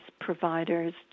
providers